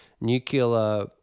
nuclear